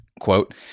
Quote